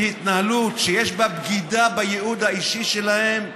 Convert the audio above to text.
בהתנהלות שיש בה בגידה בייעוד האישי שלהם,